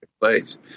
place